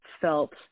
felt